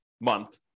month